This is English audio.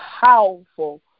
powerful